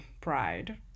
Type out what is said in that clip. pride